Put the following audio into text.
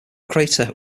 crater